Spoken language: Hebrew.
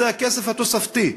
שזה הכסף התוספתי,